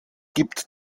gibt